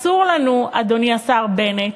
אסור לנו, אדוני השר בנט,